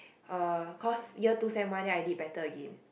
uh cause year two sem one then I did better again